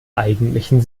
eigentlichen